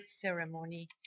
Ceremony